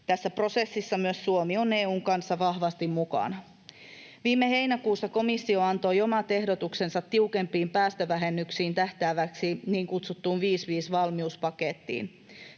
Tässä prosessissa myös Suomi on EU:n kanssa vahvasti mukana. Viime heinäkuussa komissio antoi omat ehdotuksensa tiukempiin päästövähennyksiin tähtääväksi niin kutsutuksi 55-valmiuspaketiksi.